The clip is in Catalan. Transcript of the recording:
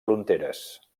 fronteres